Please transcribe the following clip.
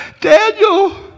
Daniel